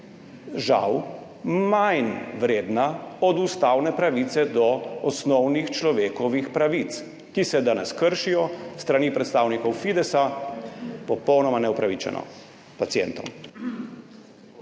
žal, manj vredna od ustavne pravice do osnovnih človekovih pravic, ki se danes s strani predstavnikov Fidesa popolnoma neupravičeno kršijo